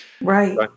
right